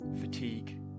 fatigue